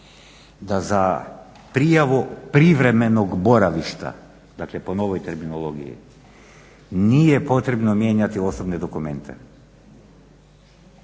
da za prijavu privremenog boravišta dakle po novoj terminologiji nije potrebno mijenjati osobne dokumente